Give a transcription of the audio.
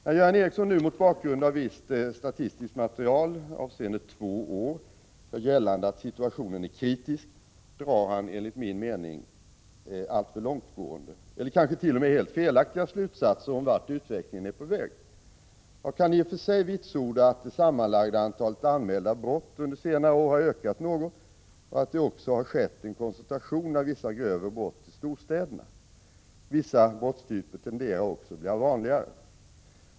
När Göran Ericsson nu mot bakgrund av visst statistiskt material avseende två år gör gällande att läget är ”kritiskt”, drar han enligt min mening alltför långtgående eller kanske t.o.m. helt felaktiga slutsatser om vart utvecklingen är på väg. Jag kan i och för sig vitsorda att det sammanlagda antalet anmälda brott under senare år har ökat något och att det också har skett en koncentration av vissa grövre brott till storstäderna. Vissa brottstyper tenderar också att bli vanligare.